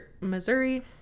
Missouri